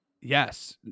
Yes